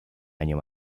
año